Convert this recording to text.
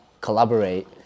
collaborate